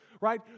right